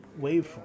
waveform